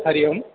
हरिः ओम्